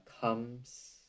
comes